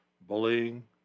bullying